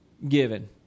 given